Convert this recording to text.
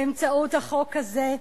באמצעות החוק הזה,